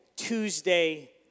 Tuesday